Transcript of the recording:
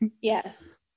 yes